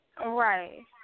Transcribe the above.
Right